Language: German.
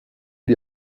die